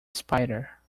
spider